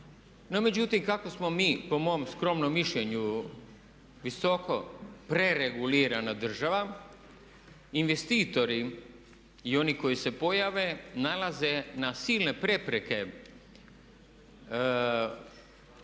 međutim, kako smo mi po mom skromnom mišljenju visoko pre regulirana država. Investitori i oni koji se pojave nailaze na silne prepreke,